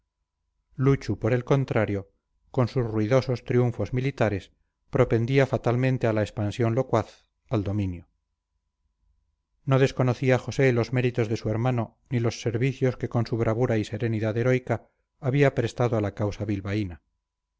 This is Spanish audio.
luchu por el contrario con sus ruidosos triunfos militares propendía fatalmente a la expansión locuaz al dominio no desconocía josé los méritos de su hermano ni los servicios que con su bravura y serenidad heroica había prestado a la causa bilbaína